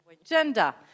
Agenda